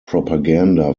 propaganda